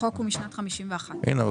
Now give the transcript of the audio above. החוק הוא משנת 51'. הנה,